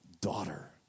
daughter